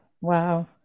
wow